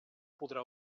podrà